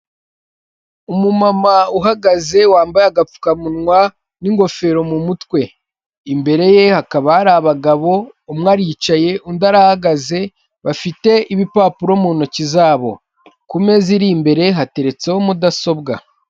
Umumama uhagaze wambaye agapfukamunwa n'ingofero mu mutwe, imbere ye hakaba hari abagabo umwe aricaye undi arahagaze bafite ibipapuro mu ntoki zabo, ku meza iri imbere hateretseho mudasobwa.